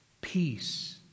peace